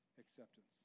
acceptance